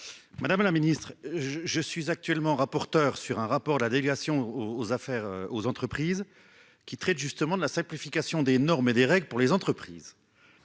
Madame la ministre je je suis actuellement rapporteur sur un rapport de la délégation aux affaires aux entreprises qui traite justement de la simplification des normes et des règles pour les entreprises.